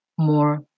more